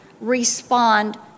respond